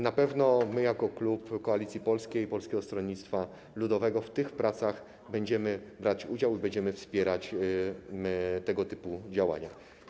Na pewno my jako klub Koalicji Polskiej - Polskiego Stronnictwa Ludowego w tych pracach będziemy brać udział i będziemy wspierać tego typu działania.